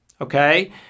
okay